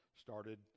started